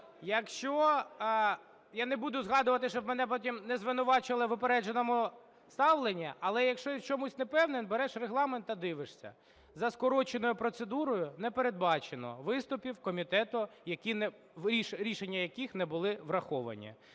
Я не буду згадувати, щоб мене потім не звинувачували в упередженому ставленні, але якщо в чомусь не впевнений - береш Регламент та дивишся. За скороченою процедурою не передбачено виступів комітету, рішення яких не були враховані.